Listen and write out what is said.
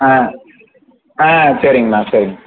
ஆ ஆ சரிங்கண்ணா சரிங்க